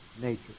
nature